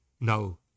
no